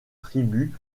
tribus